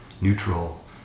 neutral